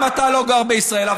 היא לא גרה בישראל.